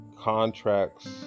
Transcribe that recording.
contracts